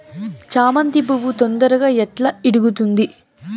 చామంతి పువ్వు తొందరగా ఎట్లా ఇడుగుతుంది?